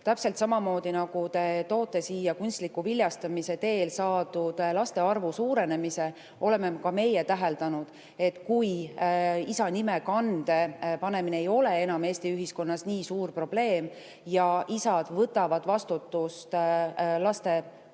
Täpselt samamoodi, nagu te toote siia kunstliku viljastamise teel saadud laste arvu suurenemise, oleme ka meie täheldanud, et kui isa nime kande panemine ei ole enam Eesti ühiskonnas nii suur probleem ja isad vastutavad laste kasvatamise